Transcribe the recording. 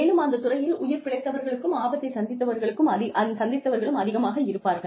மேலும் அந்த துறையில் உயிர் பிழைத்தவர்களும் ஆபத்தைச் சந்தித்தவர்களும் அதிகமாக இருப்பார்கள்